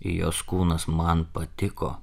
jos kūnas man patiko